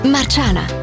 Marciana